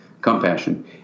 compassion